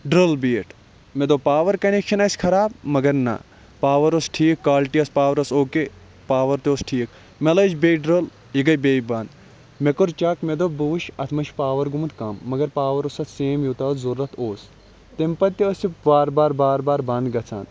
drill بیٖٹھ مےٚ دوٚپ پاوَر کَنکشَن آسہِ خَراب مَگَر نہَ پاوَر اوس ٹھیٖک کالٹی ٲسۍ پاورَس او کے پاوَر تہِ اوس ٹھیٖک مےٚ لٲج بیٚیہِ ڈرٛل یہِ گٔے بیٚیہِ بَنٛد مےٚ کوٚر چَک مےٚ دوٚپ بہٕ وُچھٕ اتھ ما چھُ پاوَر گوٚمُت کَم مَگَر پاوَر اوس اتھ سیم یوٗتاہ اتھ ضروٗرت اوس تمہِ پَتہٕ تہِ ٲسۍ یہِ بار بار بار بار بَنٛد گَژھان